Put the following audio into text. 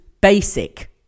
basic